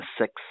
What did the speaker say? Six